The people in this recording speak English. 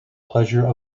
pleasure